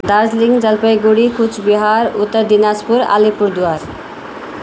Darjeeling Jalpaiguri Cooch Behar Uttar Dinajpur Alipurduar